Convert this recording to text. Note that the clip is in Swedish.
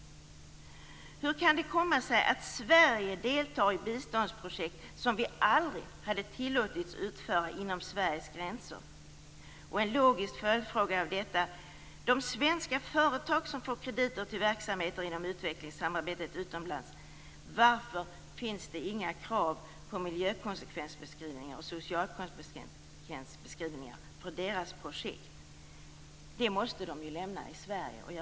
Hur kan det komma sig att Sverige deltar i biståndsprojekt som vi aldrig hade tillåtits utföra inom Sveriges gränser? Och en logisk följdfråga när det gäller de svenska företag som får krediter till verksamheter inom utvecklingssamarbetet utomlands: Varför finns det inga krav på miljökonsekvensbeskrivningar och socialkonsekvensbeskrivningar för deras projekt? Det måste de ju lämna i Sverige.